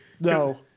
No